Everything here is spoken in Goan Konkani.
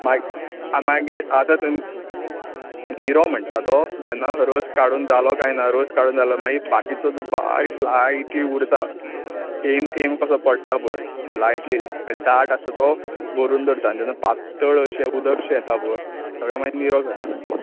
मा् मागीर आतां तन् निरो म्हणटा तो जेन्ना रस काडून जालो कांय ना रोस काडून जालो मागीर बाकीचो जो बारीक स्लायटली उरता थेंब थेंब कसो पडटा पळय स्लायटली दाट आसा तो भरून दवरतात आनी जेन्ना पात्तळ अशें उदक शें येता पळय ताचो मागीर निरो करतात